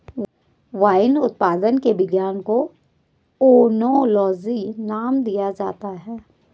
wine उत्पादन के विज्ञान को ओनोलॉजी नाम दिया जाता है